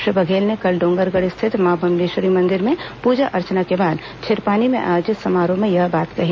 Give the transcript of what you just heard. श्री बघेल ने कल डोंगरगढ़ स्थित मां बम्लेश्वरी मंदिर में पूजा अर्चना के बाद छिरपानी में आयोजित समारोह में यह बात कही